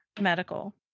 medical